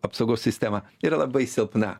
apsaugos sistema yra labai silpna